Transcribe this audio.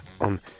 on